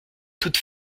toute